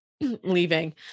leaving